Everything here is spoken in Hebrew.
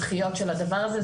לא צפויות דחיות של הדבר הזה,